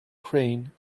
crane